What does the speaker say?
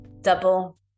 double